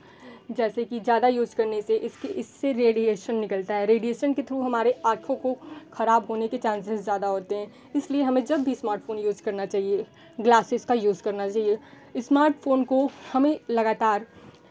जैसे कि जादा यूज़ करने से इसकी इससे रेडिएशन निकलता है रेडिएशन के थ्रू हमारे आँखों को खराब होने के चांसेज़ ज़्यादा होते हैं इसलिए हमें जब भी स्मार्ट फ़ोन यूज़ करना चाहिए ग्लासेज़ का यूज़ करना चाहिए स्मार्ट फ़ोन को हमें लगातार